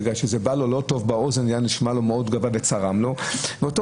בגלל שזה לא נשמע להם טוב באוזן וצרם להם; כשאותה